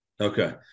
Okay